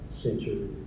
century